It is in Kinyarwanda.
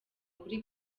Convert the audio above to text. kuri